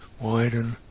Widen